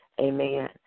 Amen